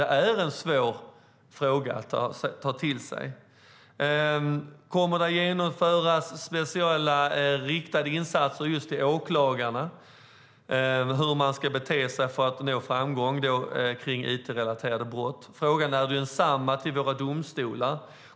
Det är ett svårt område att ta till sig. Kommer det att genomföras speciellt riktade insatser till åklagare om hur de ska bete sig för att nå framgång i it-relaterade brottmål? Detsamma gäller våra domstolar.